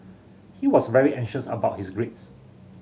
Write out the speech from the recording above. he was very anxious about his grades